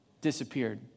Disappeared